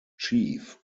chief